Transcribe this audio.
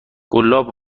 قلاب